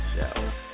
Show